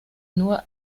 nur